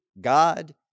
God